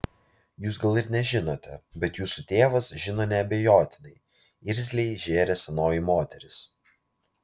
jūs gal ir nežinote bet jūsų tėvas žino neabejotinai irzliai žėrė senoji moteris